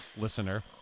listener